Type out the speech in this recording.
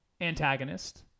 antagonist